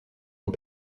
ont